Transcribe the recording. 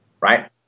Right